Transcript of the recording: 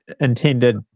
intended